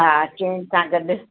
हा चैन सां गॾु